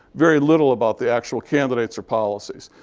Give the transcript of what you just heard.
very little about the actual candidates or policies.